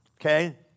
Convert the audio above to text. Okay